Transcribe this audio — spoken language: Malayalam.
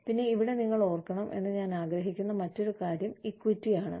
പിന്നെ ഇവിടെ നിങ്ങൾ ഓർക്കണം എന്ന് ഞാൻ ആഗ്രഹിക്കുന്ന മറ്റൊരു കാര്യം ഇക്വിറ്റി ആണ്